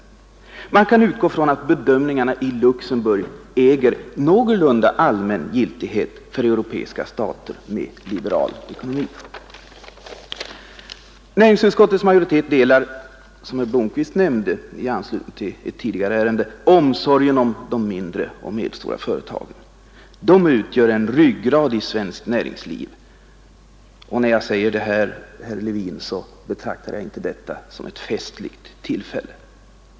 Man kan utgå från att bedömningarna i Luxemburg äger någorlunda allmän giltighet för europeiska stater med liberal ekonomi. Näringsutskottets majoritet delar, såsom herr Blomkvist nämnde i anslutning till ett tidigare ärende, omsorgen om de mindre och medelstora företagen. De utgör en ryggrad i svenskt näringsliv. När jag säger detta, herr Levin, betraktar jag inte det här som ett festligt tillfälle.